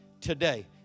today